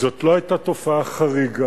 זאת לא היתה תופעה חריגה,